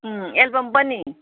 अँ एल्बम पनि